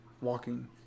walking